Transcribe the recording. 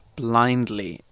blindly